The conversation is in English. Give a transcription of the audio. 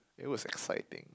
it was exciting